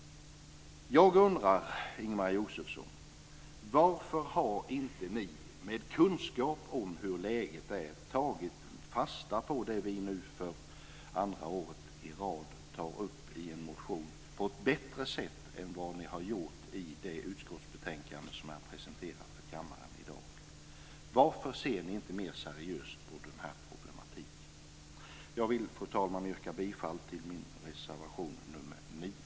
Jag undrar, Ingemar Josefsson, varför ni inte med kunskap om hur läget är har tagit fasta på det vi nu för andra året i rad tar upp i en motion på ett bättre sätt än vad ni har gjort i det utskottsbetänkande som har presenterats för kammaren i dag. Varför ser ni inte mer seriöst på problemen? Fru talman! Jag vill yrka bifall till reservation 9.